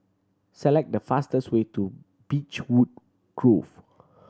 select the fastest way to Beechwood Grove